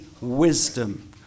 wisdom